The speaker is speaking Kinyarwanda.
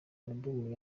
album